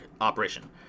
operation